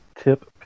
tip